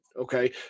Okay